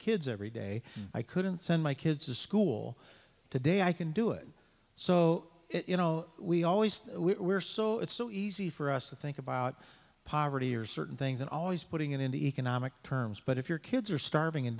kids every day i couldn't send my kids to school today i can do it so you know we always say we're so it's so easy for us to think about poverty or certain things and always putting it in economic terms but if your kids are starving and